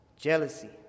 jealousy